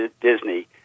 Disney